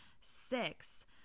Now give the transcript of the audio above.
six